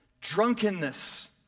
Drunkenness